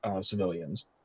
civilians